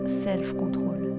self-control